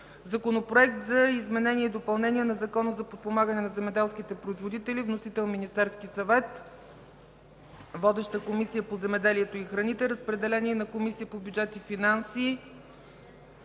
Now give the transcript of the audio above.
Законопроект за изменение и допълнение на Закона за подпомагане на земеделските производители. Вносител – Министерският съвет. Водеща е Комисията по земеделието и храните. Разпределен е и на Комисията по бюджет и финанси